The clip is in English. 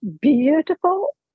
beautiful